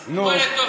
לארצות-הברית,